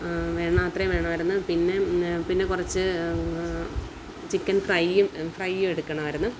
വേണാ അത്രയും വേണമായിരുന്നു പിന്നെ പിന്നെ കുറച്ച് ചിക്കൻ ഫ്രൈയും ഫ്രൈയും എടുക്കണമായിരുന്നു